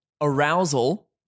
arousal